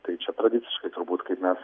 tai čia tradiciškai turbūt kaip mes